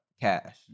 Cash